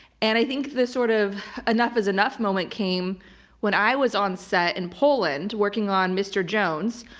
and i think this sort of enough is enough moment came when i was on set in poland working on mr. jones.